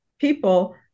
people